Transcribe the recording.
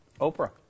Oprah